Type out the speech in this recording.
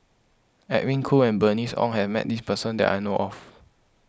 Edwin Koo and Bernice Ong has met this person that I know of